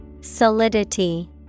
Solidity